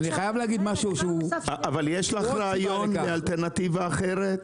דבר נוסף --- אבל יש לך רעיון לאלטרנטיבה אחרת?